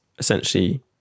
essentially